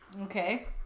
Okay